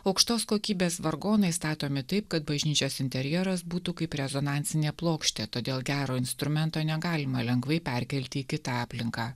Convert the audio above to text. aukštos kokybės vargonai statomi taip kad bažnyčios interjeras būtų kaip rezonansinė plokštė todėl gero instrumento negalima lengvai perkelti į kitą aplinką